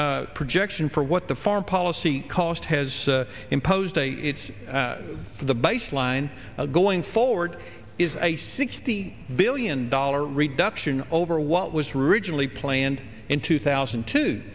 projection for what the foreign policy cost has imposed a it's the beis line going forward is a sixty billion dollar reduction over what was originally planned in two thousand and two